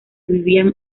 vivían